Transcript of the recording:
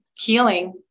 healing